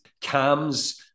cams